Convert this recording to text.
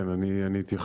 כן, אני אתייחס.